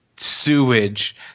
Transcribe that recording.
sewage